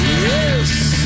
Yes